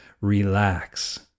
relax